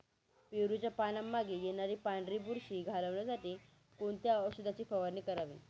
पेरूच्या पानांमागे येणारी पांढरी बुरशी घालवण्यासाठी कोणत्या औषधाची फवारणी करावी?